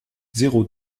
zéro